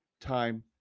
time